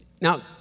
Now